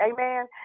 Amen